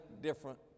different